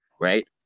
right